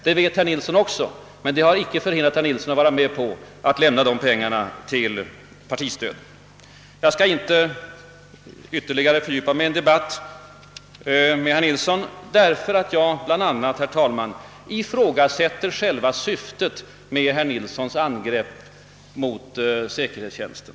Det vet herr Nilsson, men det har inte hindrat honom att vara med om att anslå pengar till partistödet. Jag skall inte ytterligare fördjupa mig i debatten med herr Nilsson bl.a., herr talman, därför att jag ifrågasätter själva syftet med herr Nilssons angrepp mot säkerhetstjänsten.